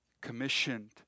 commissioned